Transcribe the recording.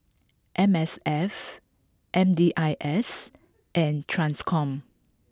M S F M D I S and Transcom